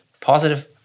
positive